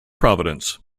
providence